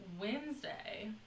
Wednesday